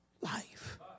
life